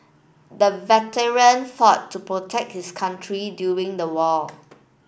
the veteran fought to protect his country during the war